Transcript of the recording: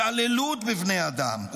התעללות בבני אדם,